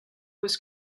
was